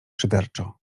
szyderczo